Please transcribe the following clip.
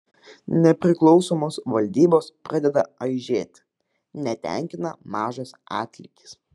nepriklausomos valdybos pradeda aižėti netenkina mažas atlygis